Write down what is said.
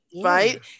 right